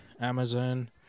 amazon